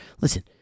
Listen